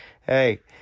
Hey